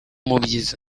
mubyizi